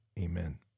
Amen